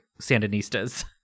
Sandinistas